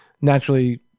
naturally